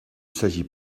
s’agit